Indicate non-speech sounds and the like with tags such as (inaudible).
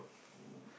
(breath)